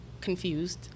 confused